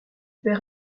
perd